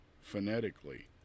phonetically